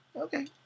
Okay